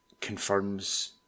confirms